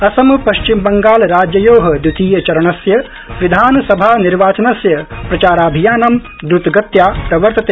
असम पश्चिमबंगालराज्ययोद्वितीयचरणस्य विधानसभानिर्वाचनस्य प्रचाराभियानं द्रुतगत्या प्रवर्तते